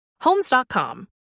Homes.com